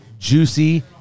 Juicy